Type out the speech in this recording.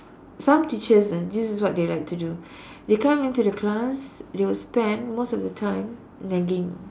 some teachers uh this is what they like to do they come into the class they will spend most of the time nagging